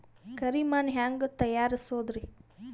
ಕರಿ ಮಣ್ ಹೆಂಗ್ ತಯಾರಸೋದರಿ?